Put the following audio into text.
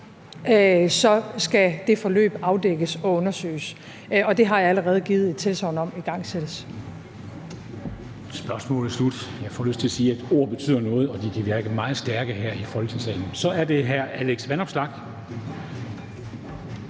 skal det forløb afdækkes og undersøges, og det har jeg allerede givet et tilsagn om igangsættes. Kl. 14:15 Formanden (Henrik Dam Kristensen): Spørgsmålet er slut. Jeg får lyst til at sige, at ord betyder noget, og at de kan virke meget stærke her i Folketingssalen. Så er det hr. Alex Vanopslagh.